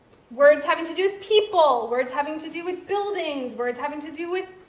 words having to do with people, words having to do with buildings, words having to do with